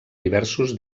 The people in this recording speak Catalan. diversos